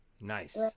Nice